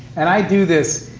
and i do this.